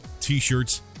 T-shirts